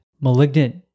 malignant